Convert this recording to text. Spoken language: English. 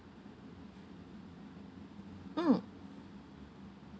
mm